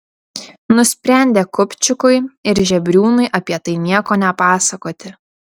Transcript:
nusprendė kupčikui ir žebriūnui apie tai nieko nepasakoti